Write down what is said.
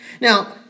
Now